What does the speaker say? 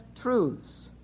truths